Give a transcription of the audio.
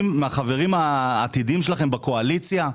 מהחברים העתידים שלכם בקואליציה?